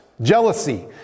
Jealousy